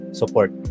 support